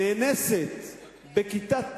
נאנסת בכיתה ט'